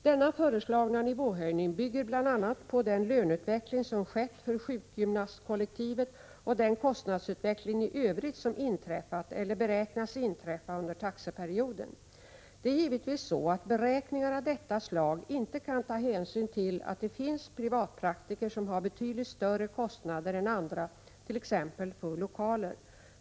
Denna föreslagna nivåhöjning bygger bl.a. på den löneutveckling som skett för sjukgymnastkollektivet och den kostnadsutveckling i övrigt som inträffat eller beräknas inträffa under taxeperioden. Det är givetvis så att beräkningar av detta slag inte kan ta hänsyn till att det finns privatpraktiker som har betydligt större kostnader än andra, t.ex. för lokaler.